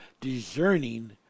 discerning